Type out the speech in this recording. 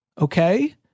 okay